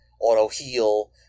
auto-heal